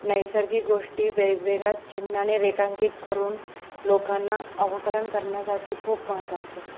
नैसर्गिक गोष्टी वेगवेगळ्या चिन्हाने रेखांकित करून लोकांना अवकलन करण्यासाठी खूप महत्त्वाचे आहेत